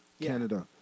Canada